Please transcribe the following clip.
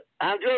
Andrew